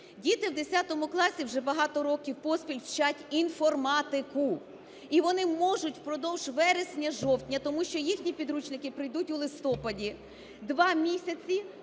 Діти в 10-му класі вже багато років поспіль вчать інформатику, і вони можуть впродовж вересня-жовтня, тому що їхні підручники прийдуть у листопаді, два місяці